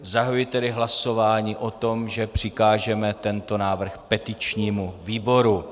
Zahajuji tedy hlasování o tom, že přikážeme tento návrh petičnímu výboru.